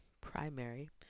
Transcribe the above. Primary